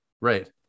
Right